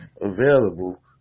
available